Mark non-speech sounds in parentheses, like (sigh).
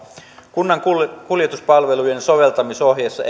kunnan kuljetuspalvelujen soveltamisohjeissa (unintelligible)